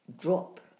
drop